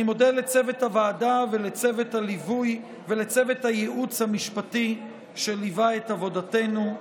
אני מודה לצוות הוועדה ולצוות הייעוץ המשפטי שליווה את עבודתנו.